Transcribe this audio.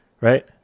right